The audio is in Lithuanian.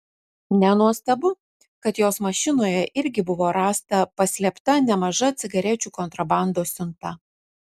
nenuostabu kad jos mašinoje irgi buvo rasta paslėpta nemaža cigarečių kontrabandos siunta